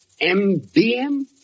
MBM